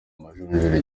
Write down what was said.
amajonjora